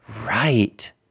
Right